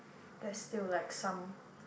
there's still like some